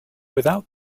without